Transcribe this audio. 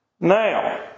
Now